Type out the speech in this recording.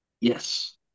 Yes